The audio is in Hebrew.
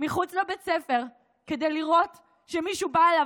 מחוץ לבית ספר כדי לראות שמישהו בא אליו.